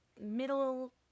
middle